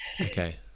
okay